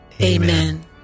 Amen